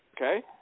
okay